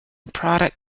product